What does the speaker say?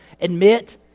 admit